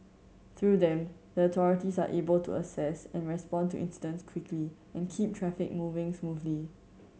through them the authorities are able to assess and respond to incidents quickly and keep traffic moving smoothly